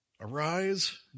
Arise